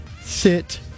sit